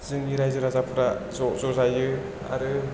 जोंनि रायजो राजाफ्रा ज' ज' जायो आरो